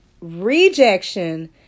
rejection